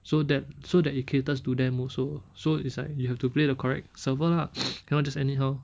so that so that it caters to them also so it's like you have to play the correct server lah cannot just anyhow